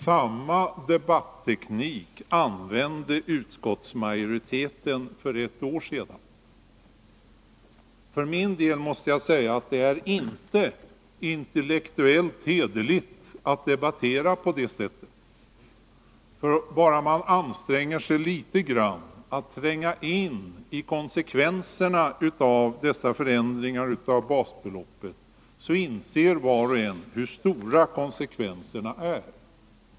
Samma debatteknik använde utskottsmajoriteten för ett år sedan. För min del måste jag säga att det inte är intellektuellt hederligt att debattera på det sättet. Bara man anstränger sig litet grand att tränga in i konsekvenserna av dessa förändringar av basbeloppet, inser var och en hur stora konsekvenserna är.